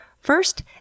First